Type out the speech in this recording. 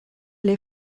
les